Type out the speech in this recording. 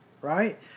right